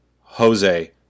Jose